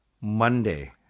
Monday